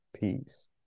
peace